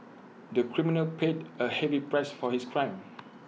the criminal paid A heavy price for his crime